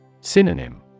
Synonym